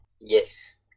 yes